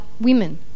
women